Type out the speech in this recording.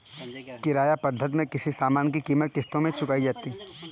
किराया क्रय पद्धति में किसी सामान की कीमत किश्तों में चुकाई जाती है